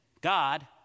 God